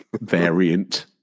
variant